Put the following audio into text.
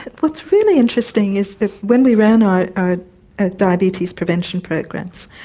what's really interesting is that when we ran our our ah diabetes prevention programs,